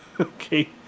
Okay